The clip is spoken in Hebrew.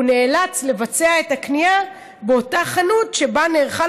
הוא נאלץ לבצע את הקנייה באותה חנות שבה נערכה